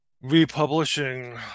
republishing